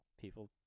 people